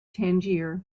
tangier